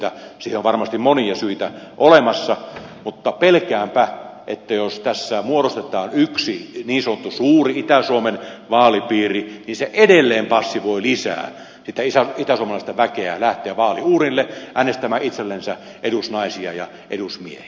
siihen on varmasti monia syitä olemassa mutta pelkäänpä että jos tässä muodostetaan yksi niin sanottu suuri itä suomen vaalipiiri niin se edelleen passivoi lisää sitä itäsuomalaista väkeä lähtemään vaaliuurnille ja äänestämään itsellensä edusnaisia ja edusmiehiä